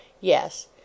Yes